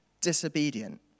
disobedient